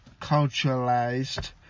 culturalized